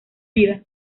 vida